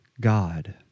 God